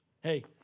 Hey